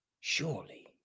surely